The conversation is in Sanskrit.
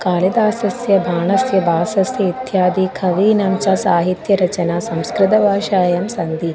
कालिदासस्य भाणस्य भासस्य इत्यादि कवीनां च साहित्यरचना संस्कृतभाषायां सन्ति